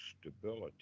stability